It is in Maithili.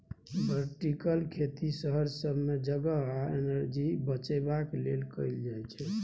बर्टिकल खेती शहर सब मे जगह आ एनर्जी बचेबाक लेल कएल जाइत छै